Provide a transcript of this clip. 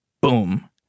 boom